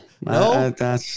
No